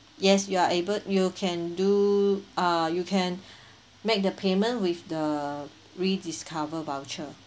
yes you are able you can do err you can make the payment with the rediscover voucher